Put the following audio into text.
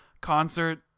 concert